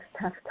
tough